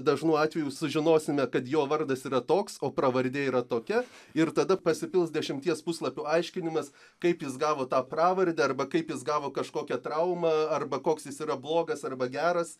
dažnu atveju sužinosime kad jo vardas yra toks o pravardė yra tokia ir tada pasipils dešimties puslapių aiškinimas kaip jis gavo tą pravardę arba kaip jis gavo kažkokią traumą arba koks jis yra blogas arba geras